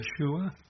Yeshua